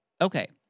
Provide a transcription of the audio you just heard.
Okay